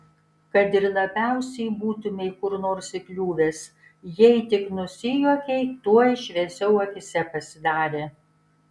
kad ir labiausiai būtumei kur nors įkliuvęs jei tik nusijuokei tuoj šviesiau akyse pasidarė